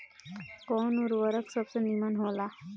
कवन उर्वरक सबसे नीमन होला?